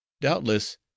doubtless